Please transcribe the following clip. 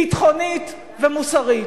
ביטחונית ומוסרית.